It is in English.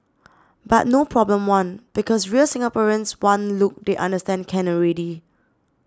but no problem one because real Singaporeans one look they understand can already